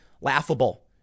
laughable